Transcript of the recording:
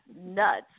nuts